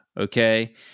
Okay